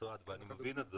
ואני מבין את זה.